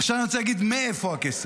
עכשיו אני רוצה להגיד: מאיפה הכסף?